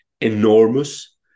enormous